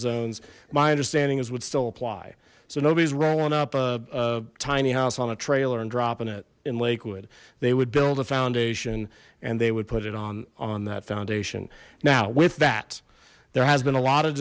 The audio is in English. zones my understanding is would still apply so nobody's rolling up a tiny house on a trailer and dropping it in lakewood they would build foundation and they would put it on on that foundation now with that there has been a lot of